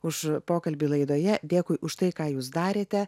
už pokalbį laidoje dėkui už tai ką jūs darėte